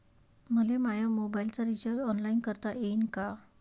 मले माया मोबाईलचा रिचार्ज ऑनलाईन करता येईन का?